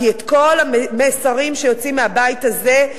כי כל המסרים שיוצאים מהבית הזה,